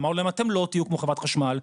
אמרנו להם אתם לא תהיו כמו חברת חשמל,